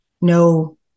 no